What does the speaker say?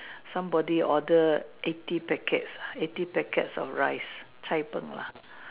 somebody ordered eighty packets eighty packets of rice cai-png lah